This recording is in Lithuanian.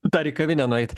dar į kavinę nueiti